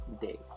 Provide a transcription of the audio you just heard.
day